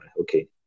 Okay